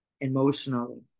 emotionally